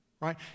right